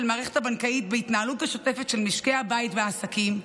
המערכת הבנקאית בהתנהלות השוטפת של משקי הבית והעסקים,